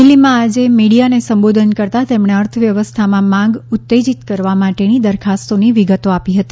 દિલ્હીમાં આજે મીડિયાને સંબોધન કરતાં તેમણે અર્થવ્યવસ્થામાં માંગ ઉત્તેજીત કરવા માટેની દરખાસ્તોની વિગતો આપી હતી